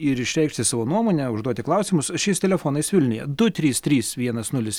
ir išreikšti savo nuomonę užduoti klausimus šiais telefonais vilniuje du trys trys vienas nulis